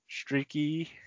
Streaky